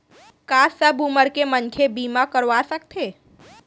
का सब उमर के मनखे बीमा करवा सकथे?